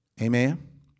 Amen